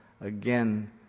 again